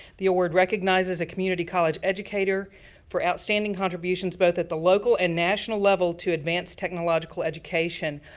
the award recognizes a community college educator for outstanding contributions, both at the local and national level, to advance technological education.